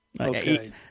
Okay